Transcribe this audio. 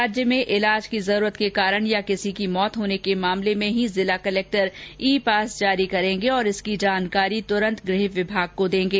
राज्य में ईलाज की ज़रुरत के कारण या किसी की मौत होने के मामले में ही ज़िला कलेक्टर ई पास जारी करेंगे और इसकी जानकारी तुरंत गृह विभाग को देंगे